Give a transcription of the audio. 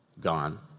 gone